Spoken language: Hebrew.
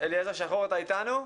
אתה איתנו?